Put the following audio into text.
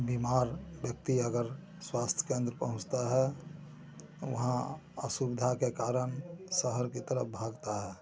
बीमार व्यक्ति अगर स्वास्थ्य केन्द्र पहुंचता है वहाँ असुविधा के कारण शहर की तरफ भागता है